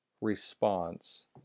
response